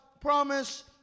promise